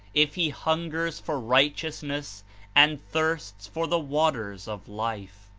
if he hungers for righteousness and thirsts for the waters of life.